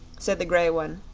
said the grey one